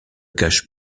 cache